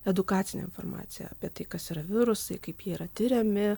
edukacinę informaciją apie tai kas yra virusai kaip yra tiriami